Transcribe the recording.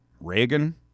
Reagan